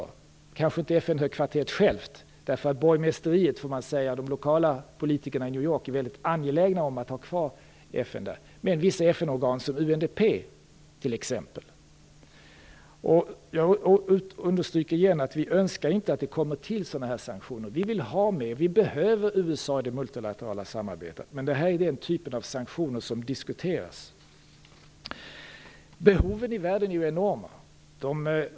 Det gäller kanske inte FN-högkvarteret självt, därför att borgmästeriet och de lokala politikerna i New York är väldigt angelägna om att ha kvar FN där, men det kan gälla vissa FN-organ som t.ex. UNDP. Jag understryker igen att vi inte önskar att sådana här sanktioner kommer till. Vi behöver USA i det multilaterala samarbetet. Men det här är den typ av sanktioner som diskuteras. Behoven i världen är enorma.